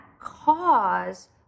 cause